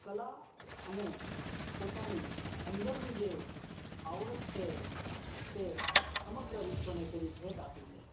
કલા અને પોતાની અંદરની જે આવડત છે તે સમગ્ર વિશ્વને તેની ભેટ આપી છે